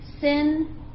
sin